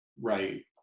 right